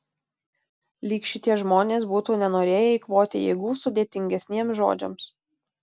lyg šitie žmonės būtų nenorėję eikvoti jėgų sudėtingesniems žodžiams